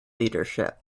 leadership